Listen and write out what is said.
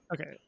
Okay